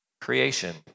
creation